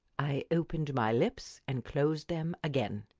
i opened my lips and closed them again.